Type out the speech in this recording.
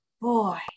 Boy